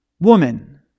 Woman